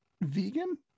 vegan